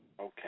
Okay